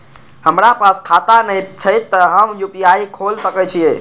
हमरा पास खाता ने छे ते हम यू.पी.आई खोल सके छिए?